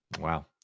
Wow